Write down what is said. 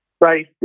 right